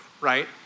right